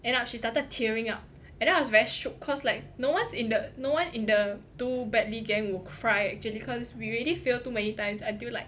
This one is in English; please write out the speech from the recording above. end up she started tearing up and then I was very shook cause like no one's in the no one in the do badly gang will cry actually cause we already failed too many times until like